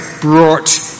brought